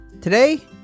today